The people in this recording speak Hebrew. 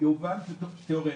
הוא תיאורטי.